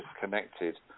disconnected